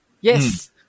Yes